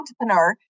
entrepreneur